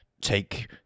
take